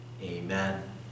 Amen